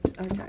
Okay